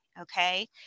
Okay